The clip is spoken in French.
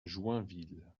joinville